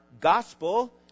gospel